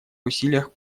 усилиях